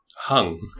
hung